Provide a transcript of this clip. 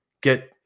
get